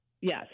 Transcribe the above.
Yes